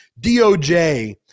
doj